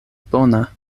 bona